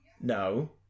no